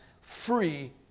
free